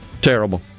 terrible